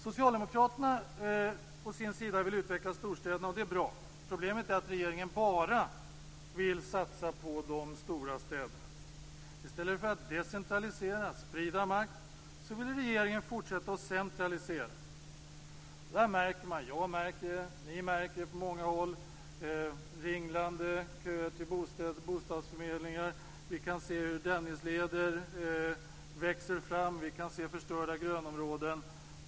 Socialdemokraterna vill utveckla storstäderna, och det är bra. Problemet är att regeringen bara vill satsa på de stora städerna. I stället för att decentralisera och sprida makt vill regeringen fortsätta att centralisera. På många håll är det ringlande köer till bostadsförmedlingar. Vi kan se hur Dennisleder växer fram och förstörda grönområden.